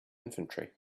infantry